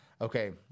Okay